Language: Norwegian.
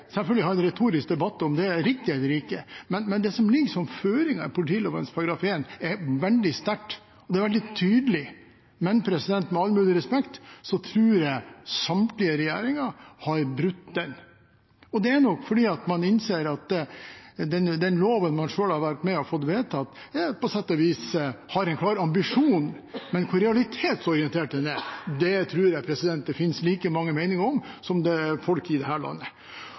selvfølgelig ha en retorisk debatt om det er riktig eller ikke, men det som ligger som føring i politiloven § 1, er veldig sterkt og veldig tydelig. Men med all mulig respekt tror jeg samtlige regjeringer har brutt den. Det er nok fordi man innser at den loven man selv har vært med på å få vedtatt, på sett og vis har en klar ambisjon – men hvor realitetsorientert den er, tror jeg det finnes like mange meninger om som det er folk i dette landet.